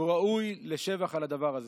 והוא ראוי לשבח על הדבר הזה.